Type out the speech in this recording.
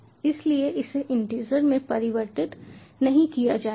इसलिए इसे इंटीजर में परिवर्तित नहीं किया जाएगा